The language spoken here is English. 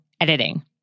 editing